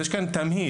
יש כאן שולחן